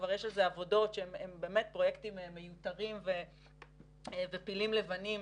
כבר יש עבודות שאלה פרויקטים מיותרים ופילים לבנים